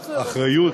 שלוקחת אחריות,